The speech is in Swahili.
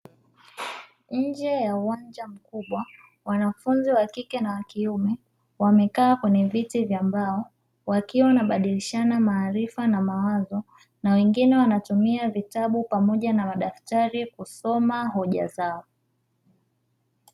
Nje ya uwanja mkubwa, wanafunzi wa kike na wa kiume wamekaa kwenye viti vya mbao, wakiwa wanabadilishana maarifa na mawazo na wengine wanatumia vitabu pamoja na madaftari kusoma hoja zao.